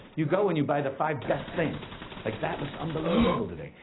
you go and you buy the five best things like, that looks unbelievable today.